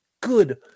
good